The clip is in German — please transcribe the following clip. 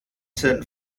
sind